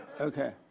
Okay